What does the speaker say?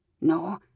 No